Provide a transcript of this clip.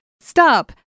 stop